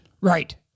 Right